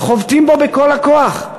חובטים בו בכל הכוח.